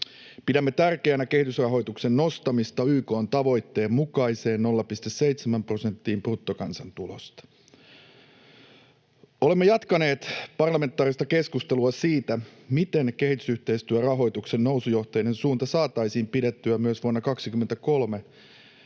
Pidämme tärkeänä kehitysrahoituksen nostamista YK:n tavoitteen mukaiseen 0,7 prosenttiin bruttokansantulosta. Olemme jatkaneet parlamentaarista keskustelua siitä, miten kehitysyhteistyörahoituksen nousujohteinen suunta saataisiin pidettyä myös vuonna 23,